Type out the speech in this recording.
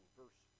verse